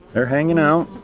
they're hanging out.